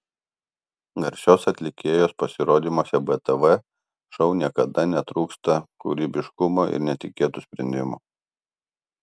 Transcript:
garsios atlikėjos pasirodymuose btv šou niekada netrūksta kūrybiškumo ir netikėtų sprendimų